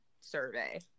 survey